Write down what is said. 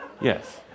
Yes